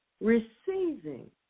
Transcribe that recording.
receiving